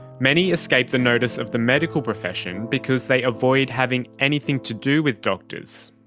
many escape the notice of the medical profession because they avoid having anything to do with doctors.